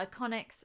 Iconics